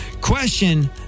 Question